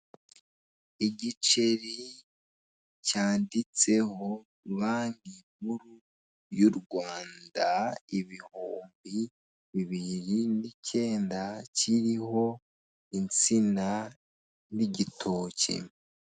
Igiceri cyanditseho banki nkuru y' u Rwanda ibihumbi bibiri n'ikenda kiriho insina n'igitoki